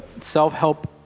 self-help